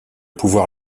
pouvoir